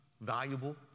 valuable